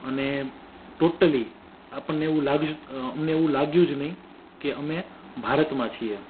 અને ટોટલી આપણને અમને એવું લાગ્યું જ નહીં કે અમે ભારતમાં છીએ